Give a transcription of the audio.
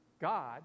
God